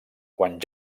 quan